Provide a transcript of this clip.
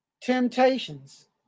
Temptations